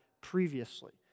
previously